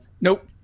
Nope